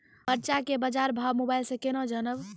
मरचा के बाजार भाव मोबाइल से कैनाज जान ब?